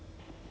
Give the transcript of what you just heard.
don't know leh